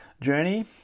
journey